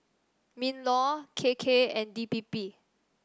Minlaw K K and D P P